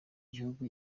gihugu